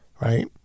Right